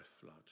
flood